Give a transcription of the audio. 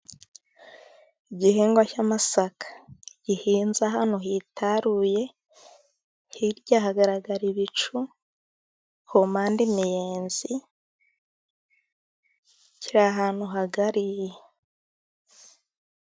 Igihingwa cy'amasaka gihinze ahantu hitaruye, hirya hagaragara ibicu, ku mpande imiyenzi, kiri ahantu hagari.